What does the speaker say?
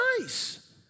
nice